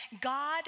God